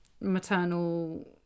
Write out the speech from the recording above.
maternal